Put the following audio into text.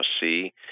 see